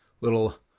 Little